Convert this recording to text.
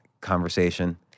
conversation